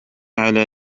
على